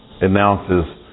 announces